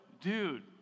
dude